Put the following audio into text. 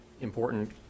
important